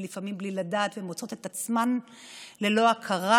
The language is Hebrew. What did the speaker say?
ולפעמים בלי לדעת הן מוצאות את עצמן ללא הכרה,